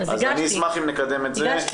אני אשמח אם נקדם את זה -- הגשתי.